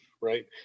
right